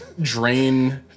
drain